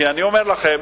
כי אני אומר לכם,